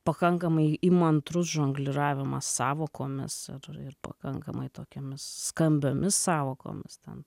pakankamai įmantrus žongliravimas sąvokomis ir pakankamai tokiomis skambiomis sąvokomis ten